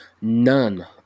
none